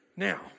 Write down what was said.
Now